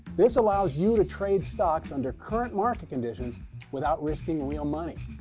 this allows you to trade stocks under current market conditions without risking real money.